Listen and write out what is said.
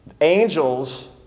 Angels